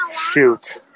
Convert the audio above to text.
Shoot